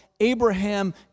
Abraham